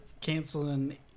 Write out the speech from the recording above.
canceling